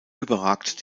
überragt